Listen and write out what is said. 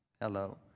Hello